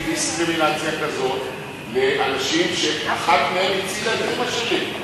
דיסקרימינציה כזאת לאנשים שאחת מהם הצילה את אמא שלי,